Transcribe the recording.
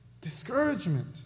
Discouragement